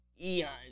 eons